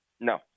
No